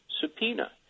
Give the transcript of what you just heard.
subpoena